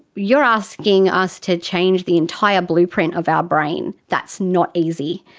you're asking us to change the entire blueprint of our brain. that's not easy.